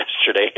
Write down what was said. yesterday